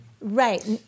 Right